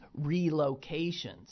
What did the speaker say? relocations